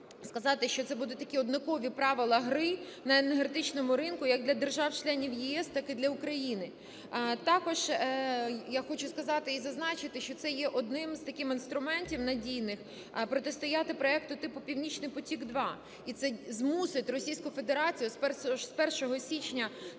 що це будуть такі, однакові правила гри на енергетичному ринку як для держав-членів ЄС, так і для України. Також я хочу сказати і зазначити, що це є одним з таких інструментів надійних протистояти проекту типу "Північний потік-2", і це змусить Російську Федерацію з 1 січня